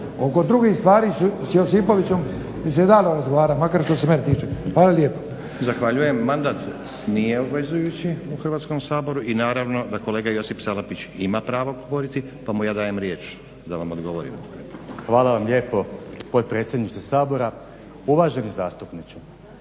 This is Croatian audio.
Oko drugih stvari s Josipovićem bi se dalo razgovarati, makar što se mene tiče. Hvala lijepo. **Stazić, Nenad (SDP)** Zahvaljujem. Mandat nije obvezujući u Hrvatskom saboru i naravno da kolega Josip Salapić ima pravo govoriti pa mu ja dajem riječ da vam odgovori. **Salapić, Josip (HDSSB)** Hvala vam lijepo potpredsjedniče Sabora. Uvaženi zastupniče,